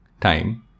time